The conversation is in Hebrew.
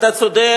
אתה צודק,